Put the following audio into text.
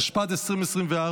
התשפ"ד 2024,